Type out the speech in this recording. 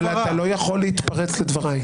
אבל אתה לא יכול להתפרץ לדבריי.